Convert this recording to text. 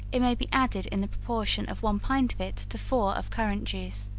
it may be added in the proportion of one pint of it to four of currant juice.